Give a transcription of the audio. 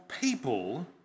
people